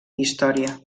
història